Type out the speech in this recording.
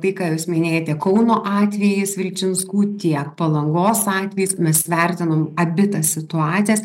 tai ką jūs minėjote kauno atvejis vilčinskų tiek palangos atvejis mes vertinom abi tas situacijas